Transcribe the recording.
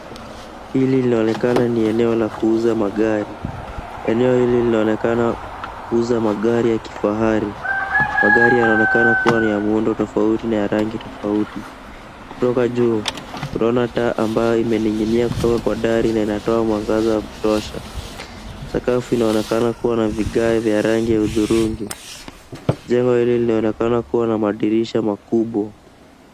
Hili linaonekana ni eneo la kuuza magari. Eneo hili linaonekana kuuza magari ya kifahari . Magari yanaonekana kuwa ni ya muundo tofauti na ya rangi tofauti. Kutoka juu tunaona taa ambayo imening'inia kutoka kwa dari na inatoa mwangaza wa kutosha. Sakafu inaonekana kuwa na vigae vya rangi ya hudhurungi. Jengo hili linaonekana kuwa na madirisha makubwa.